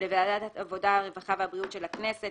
ולוועדת העבודה הרווחה והבריאות של הכנסת,